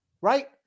right